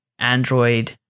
Android